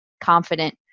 confident